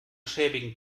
schäbigen